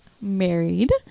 married